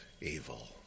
evil